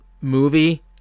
movie